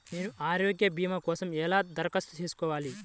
నేను ఆరోగ్య భీమా కోసం ఎలా దరఖాస్తు చేసుకోవాలి?